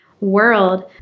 world